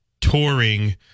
touring